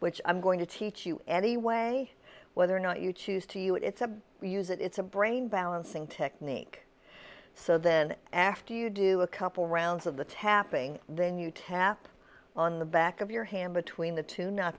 which i'm going to teach you the way whether or not you choose to you it's a we use it it's a brain balancing technique so then after you do a couple rounds of the tapping then you tap on the back of your hand between the two